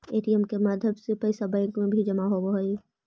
ATM के माध्यम से पैइसा बैंक में जमा भी होवऽ हइ